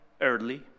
early